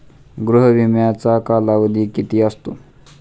गृह विम्याचा कालावधी किती असतो?